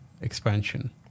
expansion